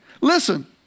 Listen